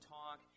talk